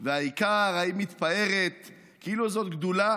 / והעיקר ההיא מתפארת כאילו זו גדולה